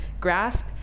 grasp